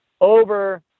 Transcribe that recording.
over